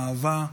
אהבה,